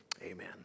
Amen